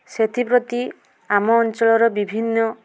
ସେଥିପ୍ରତି ଆମ ଅଞ୍ଚଳର ବିଭିନ୍ନ